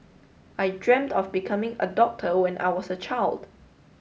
I dreamed of becoming a doctor when I was a child